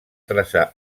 traçar